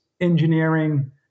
engineering